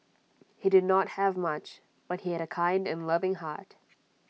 he did not have much but he had A kind and loving heart